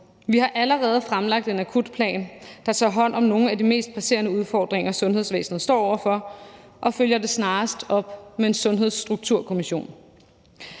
Vi har allerede fremlagt en akutplan, der tager hånd om nogle af de mest presserende udfordringer, sundhedsvæsenet står over for, og vi følger det snarest op med en sundhedsstrukturkommission.